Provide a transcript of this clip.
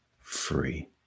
free